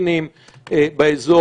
הפלסטינים באזור?